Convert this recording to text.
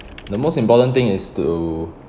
the most important thing is to